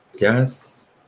Yes